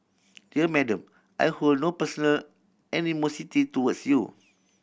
dear Madam I hold no personal animosity towards you